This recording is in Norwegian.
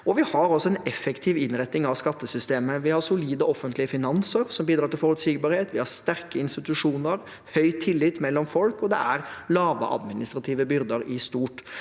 Vi har en effektiv innretning av skattesystemet, vi har solide offentlige finanser som bidrar til forutsigbarhet, vi har sterke institusjoner og høy tillit mellom folk, og det er lave administrative byrder i stort.